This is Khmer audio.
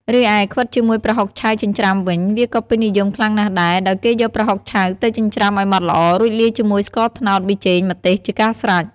រីឯ ខ្វិតជាមួយប្រហុកឆៅចិញ្ច្រាំវិញ វាក៏ពេញនិយមខ្លាំងណាស់ដែរ ដោយគេយកប្រហុកឆៅទៅចិញ្ច្រាំឲ្យម៉ត់ល្អ រួចលាយជាមួយស្ករត្នោត ប៊ីចេង ម្ទេស ជាការស្រេច។